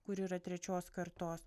kur yra trečios kartos